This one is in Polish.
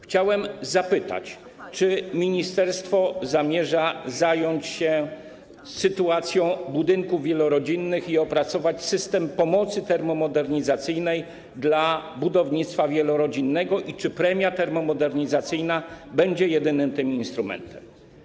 Chciałem zapytać, czy ministerstwo zamierza zająć się sytuacją budynków wielorodzinnych i opracować system pomocy termomodernizacyjnej dla budownictwa wielorodzinnego, czy premia termomodernizacyjna będzie jedynym instrumentem.